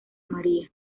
maria